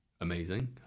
amazing